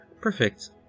perfect